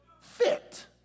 fit